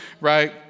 right